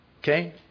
Okay